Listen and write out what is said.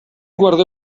guardó